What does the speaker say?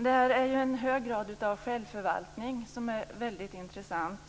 Detta är en hög grad av självförvaltning som är väldigt intressant,